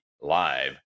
Live